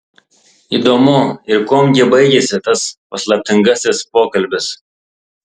įdomu ir kuom gi baigėsi tas paslaptingasis pokalbis